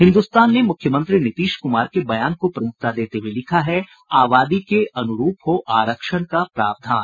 हिन्दुस्तान ने मुख्यमंत्री नीतीश कुमार के बयान को प्रमुखता देते हुए लिखा है आबादी के अनुरूप हो आरक्षण का प्रावधान